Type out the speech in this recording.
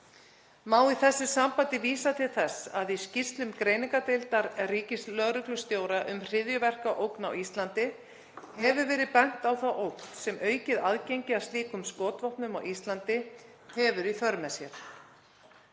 Má í þessu sambandi vísa til þess að í skýrslum greiningardeildar ríkislögreglustjóra um hryðjuverkaógn á Íslandi hefur verið bent á þá ógn sem aukið aðgengi að slíkum skotvopnum á Íslandi hefur í för með sér.